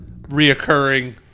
reoccurring